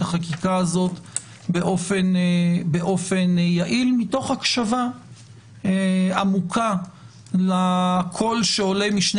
החקיקה הזאת באופן יעיל מתוך הקשבה עמוקה לקול שעולה משני